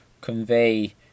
convey